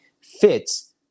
fits